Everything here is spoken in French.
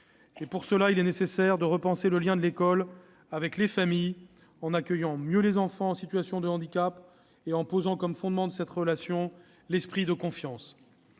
Pour ce faire, il est nécessaire de repenser le lien de l'école avec les familles, en accueillant mieux les enfants en situation de handicap et en posant comme fondement de cette relation l'esprit de confiance.